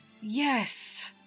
Yes